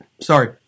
sorry